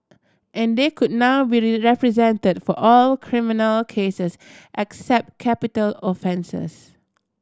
and they could now be represented for all criminal cases except capital offences